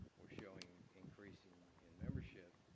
are showing increasing in membership,